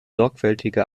sorgfältige